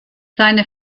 seine